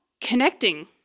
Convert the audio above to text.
Connecting